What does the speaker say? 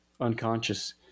unconscious